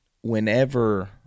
Whenever